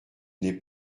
n’est